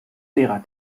lehrer